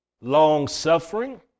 long-suffering